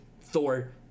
Thor